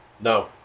No